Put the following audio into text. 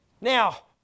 Now